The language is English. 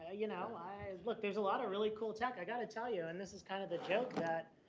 ah you know, i look there's a lot of really cool tech. i've got to tell you. and this is kind of the joke that,